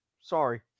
Sorry